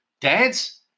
Dads